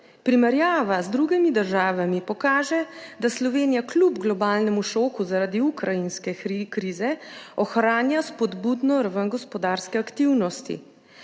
Primerjava z drugimi državami pokaže, da Slovenija kljub globalnemu šoku zaradi ukrajinske krize ohranja spodbudno raven gospodarske aktivnosti.